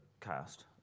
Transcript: cast